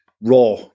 raw